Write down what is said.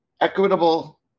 equitable